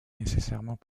nécessairement